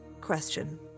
question